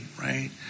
right